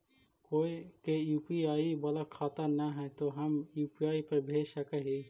कोय के यु.पी.आई बाला खाता न है तो हम यु.पी.आई पर भेज सक ही?